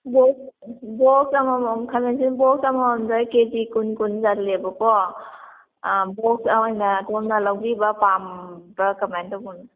box box ꯑꯃꯃꯝ ꯈꯃꯦꯟ ꯑꯁꯤꯟꯕ ꯕꯣꯛꯁ ꯑꯃꯃꯝꯗ ꯀꯦꯖꯤ ꯀꯨꯟ ꯀꯨꯟ ꯆꯜꯂꯦꯕꯀꯣ ꯕꯣꯛꯁ ꯑꯣꯏꯅ ꯑꯗꯣꯝꯅ ꯂꯧꯕꯤꯕ ꯄꯥꯝꯕ꯭ꯔꯥ ꯀꯃꯥꯏꯅ ꯇꯧꯕꯅꯣ